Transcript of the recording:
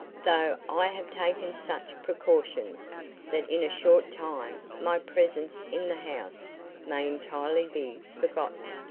though i have taken such precautions that in a short time my presence in the house may entirely be forgotten,